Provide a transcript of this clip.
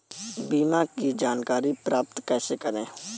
बीमा की जानकारी प्राप्त कैसे करें?